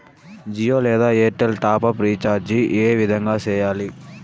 జియో లేదా Airtel top up recharge ఏ విధంగా సేయాలి